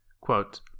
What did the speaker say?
Quote